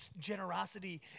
generosity